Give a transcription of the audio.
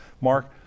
Mark